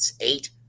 eight